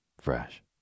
fresh